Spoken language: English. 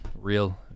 real